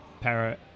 para